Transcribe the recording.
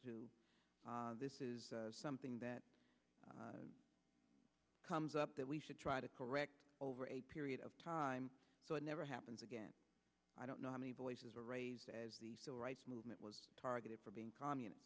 to this is something that comes up that we should try to correct over a period of time so it never happens again i don't know how many voices were raised as the civil rights movement was targeted for being communist